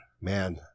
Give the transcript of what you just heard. Man